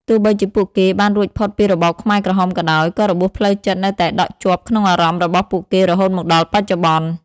ទោះបីជាពួកគេបានរួចផុតពីរបបខ្មែរក្រហមក៏ដោយ ក៏របួសផ្លូវចិត្តនៅតែដក់ជាប់ក្នុងអារម្មណ៍របស់ពួកគេរហូតមកដល់បច្ចុប្បន្ន។